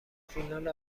فینال